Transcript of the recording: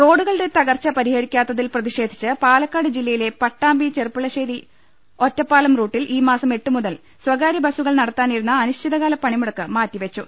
റോഡുകളുടെ തകർച്ച പരിഹരിക്കാത്തതിൽ പ്രതിഷേധിച്ച് പാലക്കാട് ജില്ലയിലെ പട്ടാമ്പി ചെർപ്പു ളശ്ശേരി ഒറ്റപ്പാലം റൂട്ടിൽ ഈ മാസം എട്ടുമുതൽ സ്വകാര്യ ബസ്സുകൾ നടത്താനിരുന്ന അനിശ്ചിതകാല ട പണിമുടക്ക് മാറ്റിവച്ചു